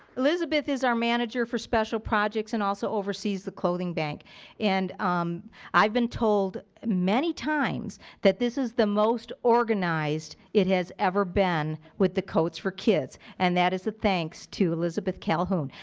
is our manager for special projects and also oversees the clothing bank and um i've been told many times that this is the most organized it has ever been with the koats for kids and that is a thanks to elizabeth calhoun.